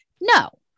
No